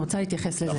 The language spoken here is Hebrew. אני רוצה להתייחס לזה.